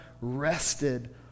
rested